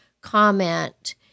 comment